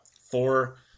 four